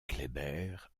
kléber